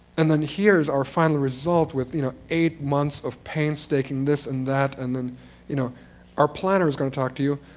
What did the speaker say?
and then here's our final result with you know eight months of painstaking this and that. and then you know our planner is going to talk to you.